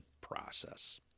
process